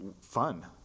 fun